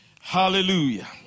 Hallelujah